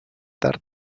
tard